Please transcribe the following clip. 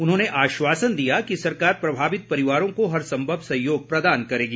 उन्होंने आश्वासन दिया कि सरकार प्रभावित परिवारों को हर संभव सहयोग प्रदान करेगी